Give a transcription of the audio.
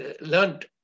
learned